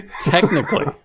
Technically